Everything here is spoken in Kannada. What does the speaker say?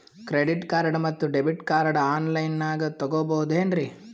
ಕ್ರೆಡಿಟ್ ಕಾರ್ಡ್ ಮತ್ತು ಡೆಬಿಟ್ ಕಾರ್ಡ್ ಆನ್ ಲೈನಾಗ್ ತಗೋಬಹುದೇನ್ರಿ?